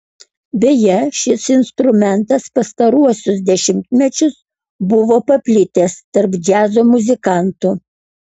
beje šis instrumentas pastaruosius dešimtmečius buvo paplitęs tarp džiazo muzikantų